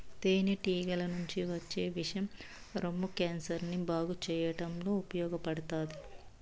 తేనె టీగల నుంచి వచ్చే విషం రొమ్ము క్యాన్సర్ ని బాగు చేయడంలో ఉపయోగపడతాది